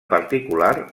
particular